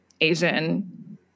Asian